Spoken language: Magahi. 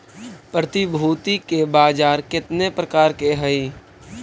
प्रतिभूति के बाजार केतने प्रकार के हइ?